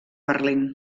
berlín